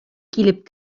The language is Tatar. килеп